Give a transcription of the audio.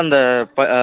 ஆ கால்லோ